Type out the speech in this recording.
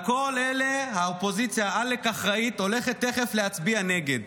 על כל אלה האופוזיציה העלק-אחראית הולכת תכף להצביע נגד.